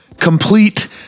complete